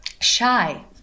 shy